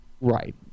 Right